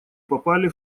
попали